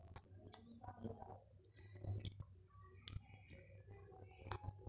నీటి పారుదల పద్దతులలో ఎప్పటికప్పుడు కొత్త విధానాలను ప్రవేశ పెడుతాన్రు